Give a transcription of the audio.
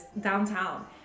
downtown